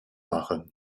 machen